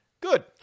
Good